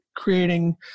creating